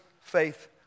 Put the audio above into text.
faith